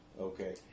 Okay